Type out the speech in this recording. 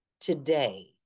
Today